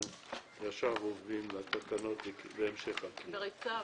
אנחנו עוברים ישר לתקנות, להמשך הקריאה.